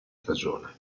stagione